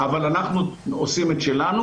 אבל אנחנו עושים את שלנו.